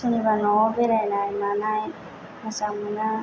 सोरनिबा न'आव बेरायनाय मानाय मोजां मोनो